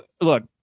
look